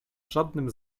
żadnym